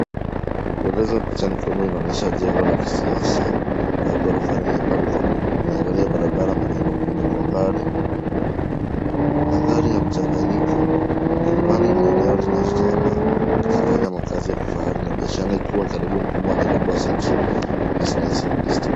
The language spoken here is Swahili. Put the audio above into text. Kueleza picha ni kwamba inaonyesha jengo la kisasa au gorofa lenye balcony imeangalia barabara na majengo mengine kwa umbali. Mandhari ya mchanganyiko. Kilimani ni eneo linalochangamana likichanganya makazi ya kifahari na biashara ikiwa na ukaribu mkubwa wa Nairobi Central Business District .